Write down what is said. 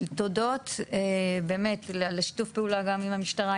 תודות לשיתוף פעולה גם עם המשטרה,